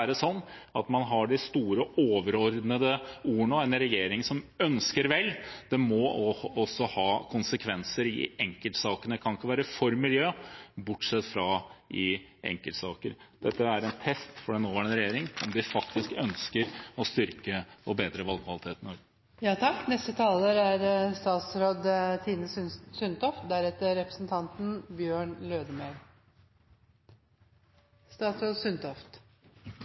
at man har de store, overordnede ordene og en regjering som vil vel – det må også få konsekvenser i enkeltsakene. Man kan ikke være for miljø, bortsett fra i enkeltsaker. Dette er en test for den nåværende regjering – om den ønsker å bedre vannkvaliteten i Norge. Som jeg sa i mitt første innlegg, er